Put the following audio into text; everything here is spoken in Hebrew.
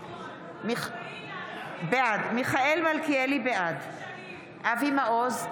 בעד אבי מעוז,